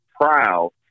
proud